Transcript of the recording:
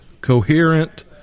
coherent